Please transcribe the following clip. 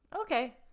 Okay